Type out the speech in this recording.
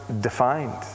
defined